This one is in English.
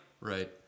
Right